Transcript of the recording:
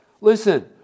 Listen